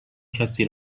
کسی